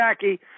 Jackie